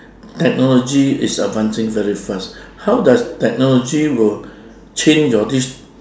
technology is advancing very fast how does technology will change your this